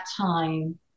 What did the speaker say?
time